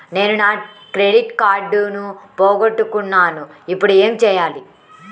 నేను నా క్రెడిట్ కార్డును పోగొట్టుకున్నాను ఇపుడు ఏం చేయాలి?